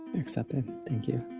accepted. thank you.